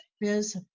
Biz